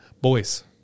Boys